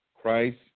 Christ